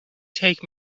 take